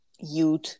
youth